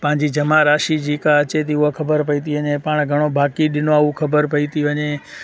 पंहिंजी जमा राशि जेका अचे थी उहा ख़बर पई थी वञे पाण घणो बाक़ी ॾिनो आहे उहो ख़बर पई थी वञे